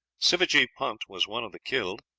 sivajee punt was one of the killed.